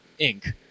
Inc